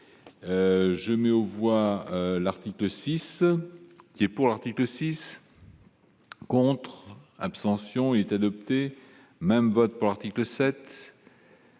je mets aux voix, l'article 6 qui est pour l'article 6 contre, abstention est adopté, même votre article 7.